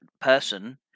person